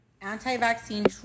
Anti-vaccine